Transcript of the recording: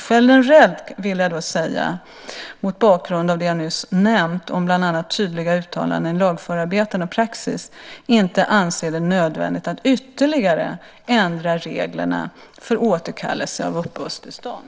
Generellt vill jag ändå säga att jag, mot bakgrund av det som jag nyss nämnt om bland annat tydliga uttalanden i lagförarbeten och praxis, inte anser det nödvändigt att ytterligare ändra reglerna för återkallelse av uppehållstillstånd.